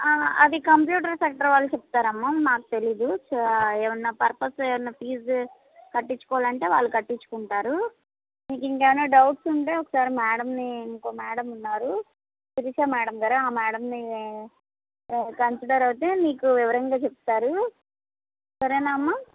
అది computer sector వాళ్ళు చెప్తారమ్మ మాకు తెలియదు స ఏవైనా పర్పస్సు ఏవైనా ఫీజు కట్టించుకోవాలంటే వాళ్ళు కట్టించుకుంటారు నీకు ఇంకేవైనా డౌట్స్ ఉంటే ఒకసారి మేడంని ఇంకో మేడం ఉన్నారు శిరీష మేడంగారు ఆ మేడంని కన్సిడర్ అయితే నీకు వివరంగా చెప్తారు సరేనా అమ్మా